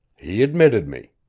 he admitted me.